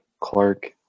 Clark